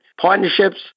partnerships